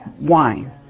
wine